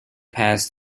pass